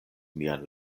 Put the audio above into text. mian